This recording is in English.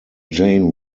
jane